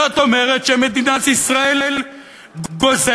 זאת אומרת שמדינת ישראל גוזלת,